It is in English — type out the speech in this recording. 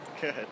Good